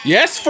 Yes